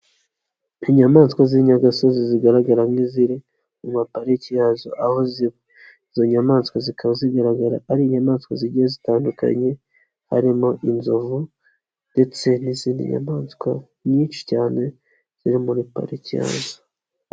Inyamaswa z'inyagasozi zigaragara nk'iziri mu mapariki yazo, aho izo nyamaswa zikaba zigaragara ari inyamaswa zigiye zitandukanye harimo inzovu ndetse n'izindi nyamaswa nyinshi cyane ziri muri pariki yazo.